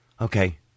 Okay